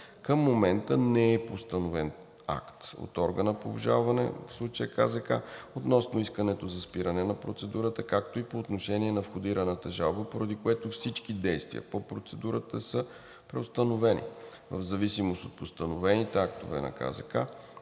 Към момента не е поставен акт от органа по обжалване – в случая КЗК, относно искането за спиране на процедурата, както и по отношение на входираната жалба, поради което всички действия по процедурата са преустановени. В зависимост от постановените актове на КЗК